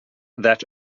that